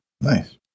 Nice